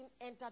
entered